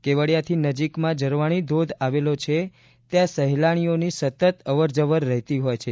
કેવડિયાથી નજીકમાં ઝરવાણી ધોધ આવેલો છે ત્યાં સહેલાણીઓની સતત અવર જવર રહેતી હોય છે